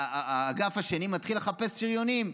האגף השני מתחיל לחפש שריונים.